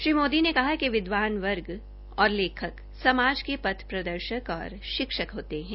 श्री मोदी ने कहा कि विद्वान वर्ग और लेखक समाज के पर्थ प्रदर्शक होते है